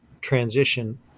transition